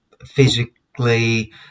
physically